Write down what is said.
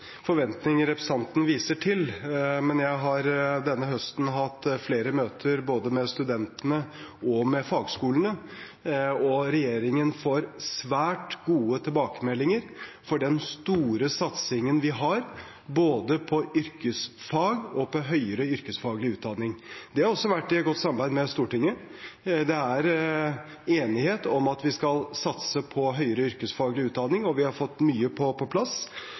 forventninger representanten viser til, men jeg har denne høsten hatt flere møter både med studentene og med fagskolene, og regjeringen får svært gode tilbakemeldinger på den store satsingen vi har både på yrkesfag og på høyere yrkesfaglig utdanning. Det har også vært i godt samarbeid med Stortinget. Det er enighet om at vi skal satse på høyere yrkesfaglig utdanning, og vi har fått mye på plass.